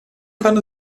kann